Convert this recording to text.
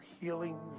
healing